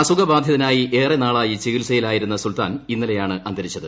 അസുഖബാധിതനായി ഏറെ നാളായി ചികിത്സയിലായിരുന്ന സുൽത്താൻ ഇന്നലെയാണ് അന്തരിച്ചത്